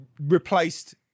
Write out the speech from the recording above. replaced